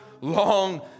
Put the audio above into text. long